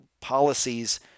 policies